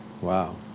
Wow